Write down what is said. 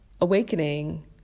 awakening